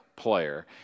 player